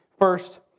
first